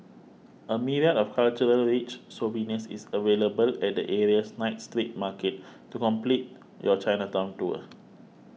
a myriad of cultural rich souvenirs is available at the area's night street market to complete your Chinatown tour